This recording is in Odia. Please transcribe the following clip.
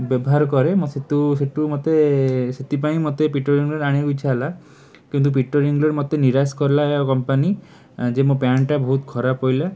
ବ୍ୟବହାର କରେ ମୁଁ ସେଇଠୁ ମୋତେ ସେଥିପାଇଁ ମୋତେ ପିଟର୍ ଇଂଲଣ୍ଡ ଆଣିବାକୁ ଇଚ୍ଛା ହେଲା କିନ୍ତୁ ପିଟର୍ ଇଂଲଣ୍ଡ ମୋତେ ନିରାଶ କଲା କମ୍ପାନୀ ଯେ ମୋ ପ୍ୟାଣ୍ଟଟା ବହୁତ ଖରାପ ପଡ଼ିଲା